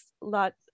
Lots